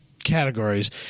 Categories